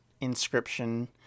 Inscription